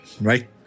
right